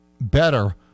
better